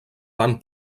van